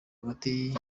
hagati